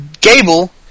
Gable